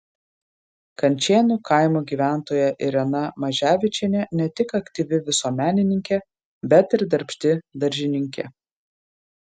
kančėnų kaimo gyventoja irena maževičienė ne tik aktyvi visuomenininkė bet ir darbšti daržininkė